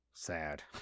Sad